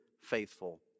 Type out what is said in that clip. faithful